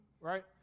right